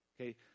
Okay